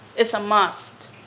it's a must.